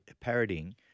parodying